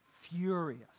furious